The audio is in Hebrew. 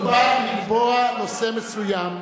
הוא בא לקבוע נושא מסוים.